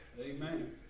Amen